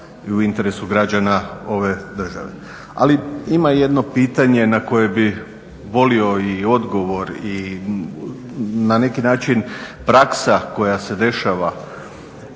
Hvala i vama.